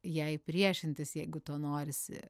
jai priešintis jeigu to norisi